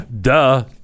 Duh